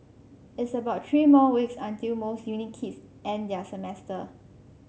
it's about three more weeks until most uni kids end their semester